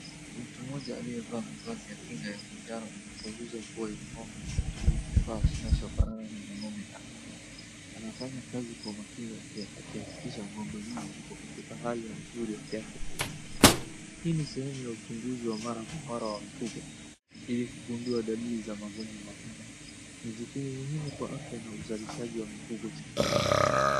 Mtu mmoja aliyevaa mavazi ya kinga ya manjano anachunguza pua ya ng'ombe kwa kutumia kifaa kinachofanana na thermometer ,anafanya kazi kwa makini akihakikisha ng'ombe huyu yuko katika hali mzuri ya kiafya. Hii ni sehemu ya uchunguzi wa mara kwa mara wa mifugo ili kugundua dalili za magonjwa mapema. Ni jukumu muhimu kwa afya na uzalishaji wa mifugo shambani.